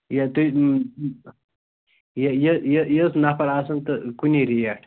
یا تُہۍ یہِ یہِ یٔژ نَفر آسان تہٕ کُنی ریٹ